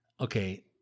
Okay